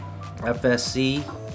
FSC